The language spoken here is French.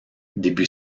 début